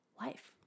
life